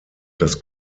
das